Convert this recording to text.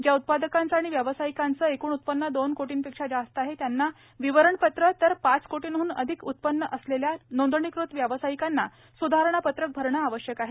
ज्या उत्पादकांचे आणि व्यावसायिकांचे एकूण उत्पन्न दोन कोटींपेक्षा जास्त आहे त्यांना विवरणपत्र तर पाच कोटींहन अधिक उत्पन्न असलेल्या नोंदणीकृत व्यावसायिकांना स्धारणापत्रक भरणे आवश्यक आहे